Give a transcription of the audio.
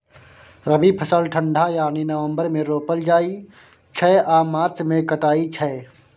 रबी फसल ठंढा यानी नवंबर मे रोपल जाइ छै आ मार्च मे कटाई छै